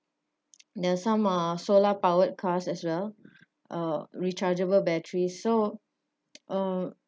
there's some uh solar powered cars as well a rechargeable battery so uh